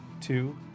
two